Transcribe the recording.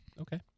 Okay